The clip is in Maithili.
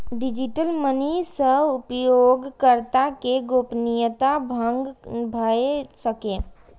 डिजिटल मनी सं उपयोगकर्ता के गोपनीयता भंग भए सकैए